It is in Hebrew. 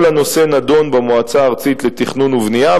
כל הנושא נדון במועצה הארצית לתכנון ובנייה,